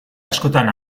askotan